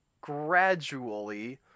gradually